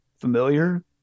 familiar